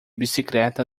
bicicleta